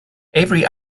avery